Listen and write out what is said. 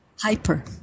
hyper